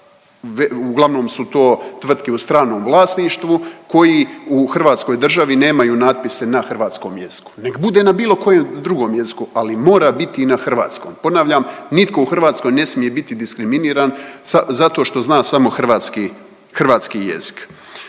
uglavnom su to tvrtke u stranom vlasništvu koji u hrvatskoj državi nemaju natpise na hrvatskom jeziku. Nek bude na bilo kojem drugom jeziku ali mora biti i na hrvatskom. Ponavljam nitko u hrvatskoj ne smije biti diskriminiran zato što zna samo hrvatski,